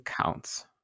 counts